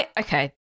Okay